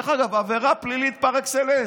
דרך אגב, עבירה פלילית פר-אקסלנס.